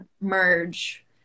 merge